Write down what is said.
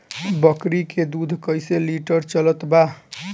बकरी के दूध कइसे लिटर चलत बा?